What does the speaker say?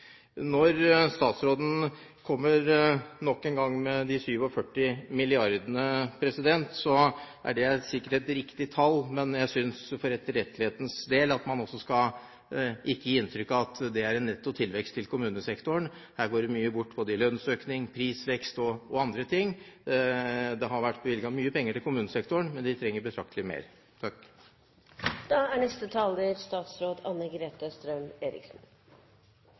Når statsråden nok en gang nevner de 47 milliardene, er det sikkert et riktig tall, men jeg synes at man for etterrettelighetens del ikke skal gi inntrykk av at det er en netto tilvekst til kommunesektoren. Her går det mye bort i både lønnsøkning, prisvekst og andre ting. Det har vært bevilget mye penger til kommunesektoren, men den trenger betraktelig mer.